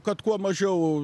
kad kuo mažiau